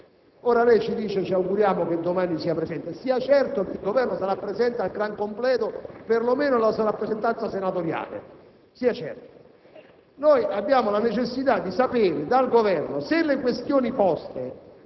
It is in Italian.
Ora lei dice: ci auguriamo che domani il Governo sia presente. Stia certo che il Governo sarà presente al gran completo, perlomeno la sua rappresentanza senatoriale. Noi abbiamo la necessità di sapere dal Governo se le questioni poste,